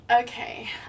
Okay